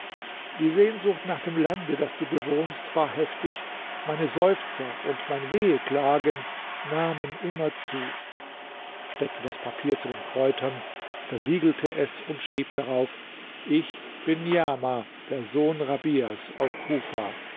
die sehnsucht nach dem lande das du bewohnst war heftig meine seufzer und mein weheklagen nahmen immer zu steckte das papier zu den kräutern versiegelte es und schrieb darauf ich bin niamah der sohn rabias aus kufa